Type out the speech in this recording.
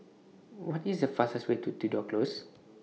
What IS The fastest Way to Tudor Close